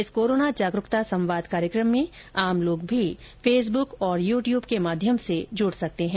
इस कोरोना जागरूकता संवाद कार्यक्रम में आम लोग भी फेसबुक और यू ट्यूब के माध्यम से जुड़ सकते हैं